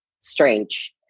strange